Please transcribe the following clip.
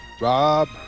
rob